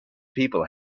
people